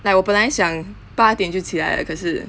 like 我本来想八点就起来的可是